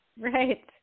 right